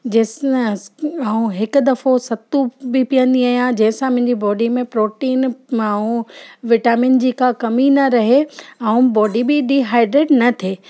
जैसन ऐं हिकु दफ़ो सतू बि पीअंदी आहियां जंहिंसां मुंहिंजा बॉडी में प्रोटीन मां हूं विटामिन जी का कमी न रहे ऐं बॉडी बि डी हाइड्रेट न थिए